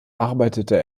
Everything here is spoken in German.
arbeitete